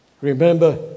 Remember